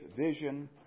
vision